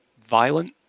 violent